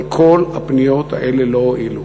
אבל כל הפניות האלה לא הועילו.